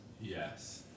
Yes